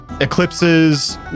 Eclipse's